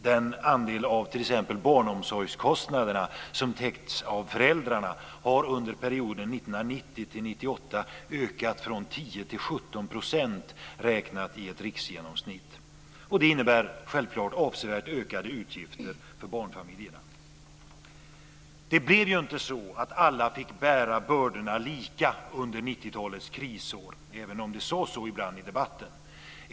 Den andel av t.ex. barnomsorgskostnaderna som täcks av föräldrarna har under perioden 1990-1998 ökat från 10 till 17 % som ett riksgenomsnitt. Det innebär självklart avsevärt ökade utgifter för barnfamiljerna. Det blev inte så att alla fick bära bördorna lika under 90-talets krisår, även om det sades så ibland i debatten.